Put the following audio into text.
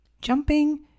Jumping